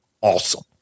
awesome